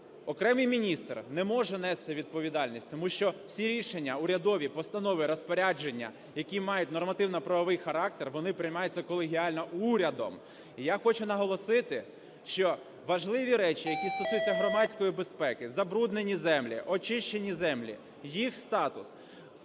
Окремий міністр не може нести відповідальність, тому що всі рішення урядові: постанови, розпорядження, які мають нормативно-правовий характер, вони приймаються колегіально урядом. І я хочу наголосити, що важливі речі, які стосуються громадської безпеки: забруднені землі, очищені землі, їх статус,